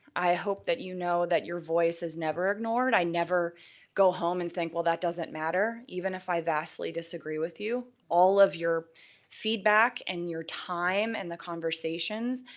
i hope that you know that your voice is never ignored. i never go home and think, well, that doesn't matter. even if i vastly disagree with you, all of your feedback and your time and the conversations,